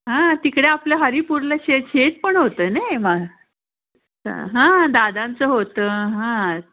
हां तिकडे आपलं हरिपूरला शे शेत पण होतं नाही मा हां दादांचं होतं हां